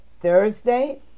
Thursday